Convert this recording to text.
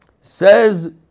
Says